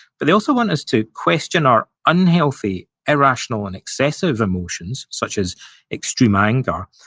but they also want us to question our unhealthy, irrational, and excessive emotions, such as extreme anger,